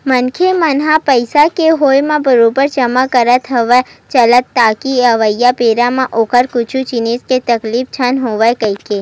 मनखे मन ह पइसा के होय म बरोबर जमा करत होय चलथे ताकि अवइया बेरा म ओला कुछु जिनिस के तकलीफ झन होवय कहिके